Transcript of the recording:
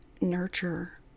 nurture